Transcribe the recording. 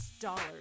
dollars